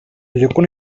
llacuna